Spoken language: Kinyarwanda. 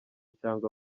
cyangwa